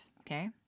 Okay